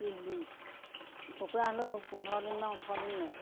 ত্ৰিশ দিন কুকুৰা হ'লেও পোন্ধৰ দিন বা ওঠৰ দিন লয়